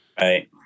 Right